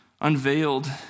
unveiled